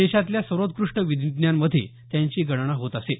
देशातल्या सर्वोत्कृष्ट विधीज्ञांमध्ये त्यांची गणना होत असे